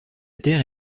terre